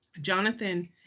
Jonathan